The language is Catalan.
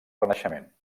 renaixement